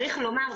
צריך לומר,